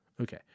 Okay